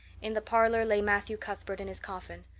in the parlor lay matthew cuthbert in his coffin,